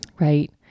Right